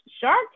shark